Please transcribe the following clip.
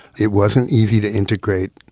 it wasn't easy to integrate.